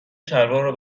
شلوارو